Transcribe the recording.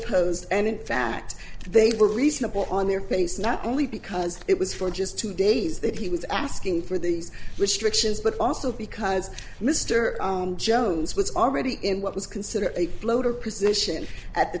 imposed and in fact they were reasonable on their face not only because it was for just two days that he was asking for these restrictions but also because mr jones was already in what was considered a floater position at the